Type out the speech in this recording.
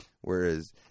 Whereas